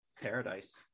Paradise